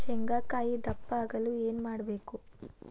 ಶೇಂಗಾಕಾಯಿ ದಪ್ಪ ಆಗಲು ಏನು ಮಾಡಬೇಕು?